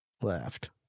left